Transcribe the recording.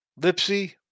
Lipsy